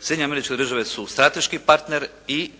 Sjedinjene Američke Države su strateški partner i